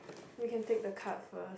we can take the card first